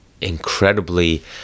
incredibly